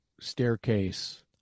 staircase